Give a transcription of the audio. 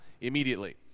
immediately